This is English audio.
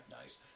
nice